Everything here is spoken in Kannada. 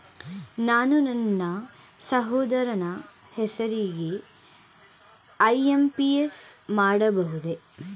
ನಾನು ನನ್ನ ಸಹೋದರನ ಹೆಸರಿಗೆ ಐ.ಎಂ.ಪಿ.ಎಸ್ ಮಾಡಬಹುದೇ?